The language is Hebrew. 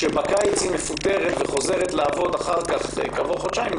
שבקיץ היא מפוטרת והיא חוזרת לעבוד כעבור חודשיים,